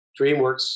DreamWorks